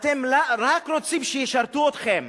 אתם רק רוצים שישרתו אתכם,